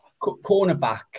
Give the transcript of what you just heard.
Cornerback